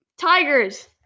tigers